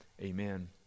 amen